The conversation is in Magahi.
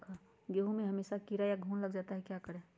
गेंहू में हमेसा कीड़ा या घुन लग जाता है क्या करें?